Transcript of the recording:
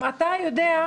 אם אתה יודע,